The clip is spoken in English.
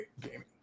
gaming